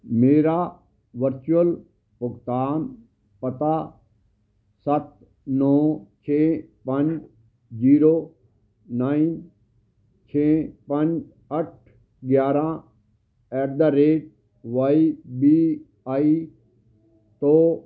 ਮੇਰਾ ਵਰਚੁਅਲ ਭੁਗਤਾਨ ਪਤਾ ਸੱਤ ਨੌਂ ਛੇ ਪੰਜ ਜੀਰੋ ਨਾਈਨ ਛੇ ਪੰਜ ਅੱਠ ਗਿਆਰਾਂ at the rate Y V I ਤੋਂ